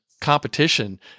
competition